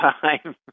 time